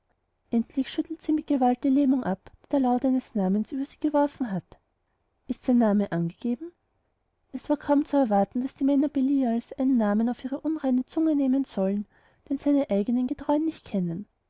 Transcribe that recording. endlich schüttelt sie mit gewalt die lähmung ab die der laut eines namens über sie geworfen hat ist sein name angegeben es war kaum zu erwarten daß die männer belials einen namen auf ihre unreine zunge nehmen sollten den seine eigenen getreuen nicht kennen